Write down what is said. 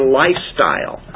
lifestyle